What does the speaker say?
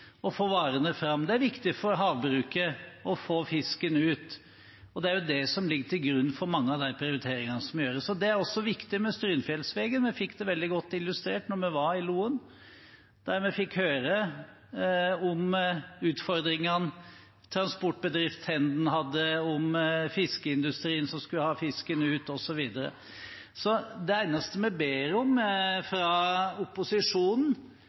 å få varene fram, det er viktig for havbruket å få fisken ut, og det er det som ligger til grunn for mange av de prioriteringene som gjøres. Det er også viktig med Strynefjellsvegen, og jeg fikk det veldig godt illustrert da vi var i Loen, der vi fikk høre om utfordringene transportbedriften Tenden hadde, om fiskeindustrien som skulle ha fisken ut, osv. Så det eneste vi ber om